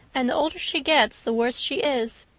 and the older she gets the worse she is.